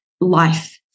life